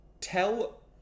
Tell